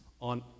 on